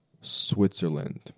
Switzerland